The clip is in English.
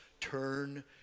Turn